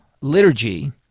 liturgy